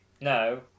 No